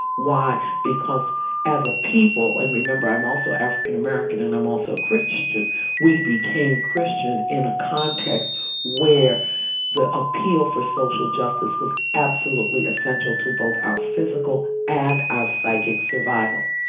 why? because as a people and remember i'm also african american and i'm also christian we became christian in a context where the appeal for social justice was absolutely essential to both our physical and our psychic survival.